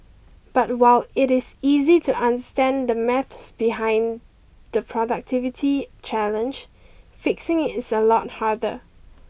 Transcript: but while it is easy to understand the maths behind the productivity challenge fixing is a lot harder